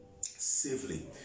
safely